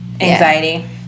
anxiety